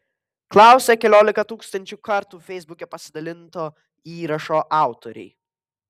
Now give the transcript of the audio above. klausia keliolika tūkstančių kartų feisbuke pasidalinto įrašo autoriai